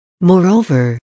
Moreover